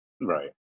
Right